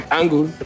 angle